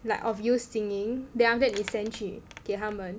like of you singing then after that 你 send 去给他们